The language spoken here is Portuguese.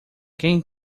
quem